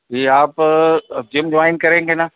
जी आप gym join करेंगे ना